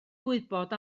wybod